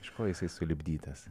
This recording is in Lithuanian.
iš ko jisai sulipdytas